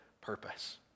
purpose